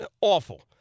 awful